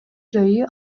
жайы